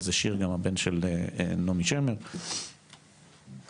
הבן של נעמי שמר גם כתב שיר על זה.